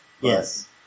Yes